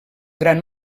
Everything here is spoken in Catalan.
gran